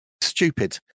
stupid